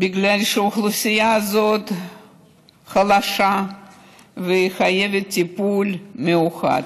בגלל שהאוכלוסייה הזאת חלשה וחייבת טיפול מיוחד.